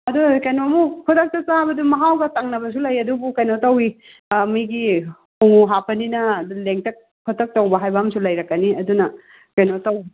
ꯑꯗꯨ ꯀꯩꯅꯣꯃꯨꯛ ꯈꯨꯗꯛꯇ ꯆꯥꯕꯗꯨ ꯃꯍꯥꯎꯒ ꯇꯪꯅꯕꯁꯨ ꯂꯩ ꯑꯗꯨꯕꯨ ꯀꯩꯅꯣ ꯇꯧꯏ ꯃꯤꯒꯤ ꯍꯣꯡꯉꯨ ꯍꯥꯞꯄꯅꯤꯅ ꯑꯗꯨ ꯂꯦꯡꯇꯛ ꯈꯣꯇꯛ ꯇꯧꯕ ꯍꯥꯏꯕ ꯑꯃꯁꯨ ꯂꯩꯔꯛꯀꯅꯤ ꯑꯗꯨꯅ ꯀꯩꯅꯣ ꯇꯧ